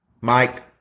Mike